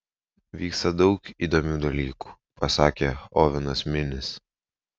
vyksta daug įdomių dalykų pasakė ovenas minis